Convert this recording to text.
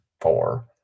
four